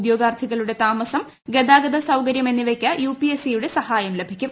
ഉദ്യോഗാർഥികളുടെ താമസം ഗതാഗത സൌകരൃം എന്നിവയ്ക്ക് യുപിഎസ്സിയുടെ സഹായം ലഭിക്കും